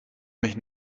mich